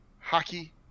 hockey